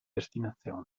destinazione